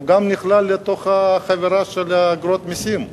גם הוא נכלל בחבילה של אגרות מסים.